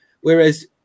Whereas